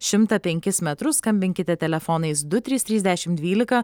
šimtą penkis metrus skambinkite telefonais du trys trys dešim dvylika